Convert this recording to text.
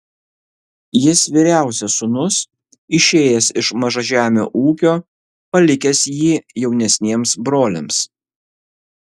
jis vyriausias sūnus išėjęs iš mažažemio ūkio palikęs jį jaunesniems broliams